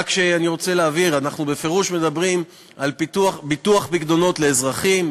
אני רק רוצה להבהיר: אנחנו בפירוש מדברים על ביטוח פיקדונות לאזרחים,